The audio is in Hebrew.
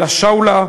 אל-הוואשלה,